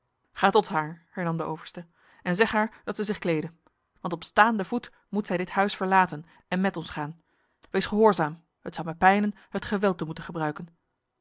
ga tot haar hernam de overste en zeg haar dat zij zich klede want op staande voet moet zij dit huis verlaten en met ons gaan wees gehoorzaam het zou mij pijnen het geweld te moeten gebruiken